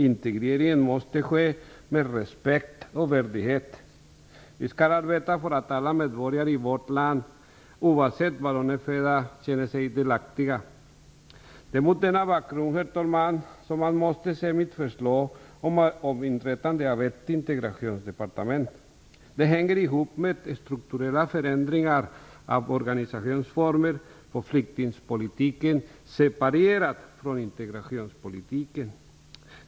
Integreringen måste ske med respekt och värdighet. Vi skall arbeta för att alla medborgare i vårt land, oavsett var de är födda, känner sig delaktiga. Herr talman! Det är mot denna bakgrund man måste se mitt förslag om inrättande av ett integrationsdepartement. Det hänger ihop med strukturella förändringar av organisationsformer för flyktingpolitiken separerat från integrationspolitiken.